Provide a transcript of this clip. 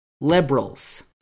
liberals